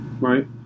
Right